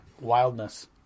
wildness